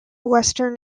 western